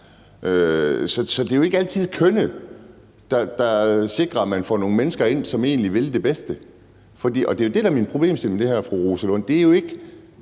Så det er jo ikke altid kønnet, der sikrer, at man får nogle mennesker ind, som egentlig vil det bedste. Og det er jo det, der for mig er problemstillingen i det her, fru Rosa Lund. Det er jo ikke,